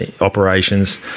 operations